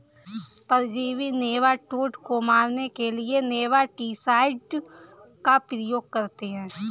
परजीवी नेमाटोड को मारने के लिए नेमाटीसाइड का प्रयोग करते हैं